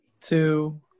two